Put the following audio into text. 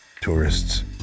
tourists